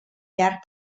llarg